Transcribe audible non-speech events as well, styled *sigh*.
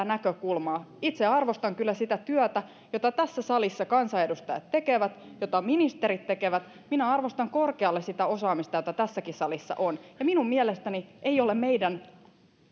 *unintelligible* näkökulmaa itse arvostan kyllä sitä työtä jota tässä salissa kansanedustajat tekevät jota ministerit tekevät minä arvostan korkealle sitä osaamista jota tässäkin salissa on ja minun mielestäni ei ole meidän